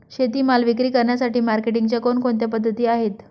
शेतीमाल विक्री करण्यासाठी मार्केटिंगच्या कोणकोणत्या पद्धती आहेत?